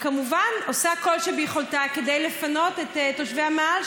כמובן עושה כל שביכולתה כדי לפנות את תושבי המאהל,